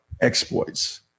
exploits